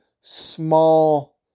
small